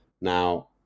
Now